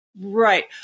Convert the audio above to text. Right